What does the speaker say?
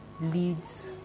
leads